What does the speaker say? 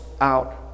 out